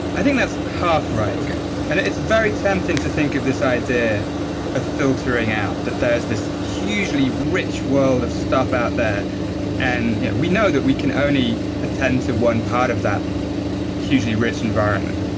i think that's half right. and it's very tempting to think of this idea of filtering out, that there's this hugely rich world of stuff out there and. we know that we can only attend to one part of that hugely rich environment.